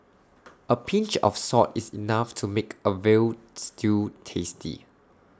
A pinch of salt is enough to make A Veal Stew tasty